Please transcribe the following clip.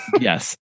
Yes